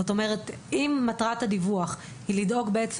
זאת אומרת, אם מטרת הדיווח היא לדאוג לכך